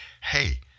hey